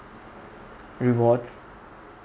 rewards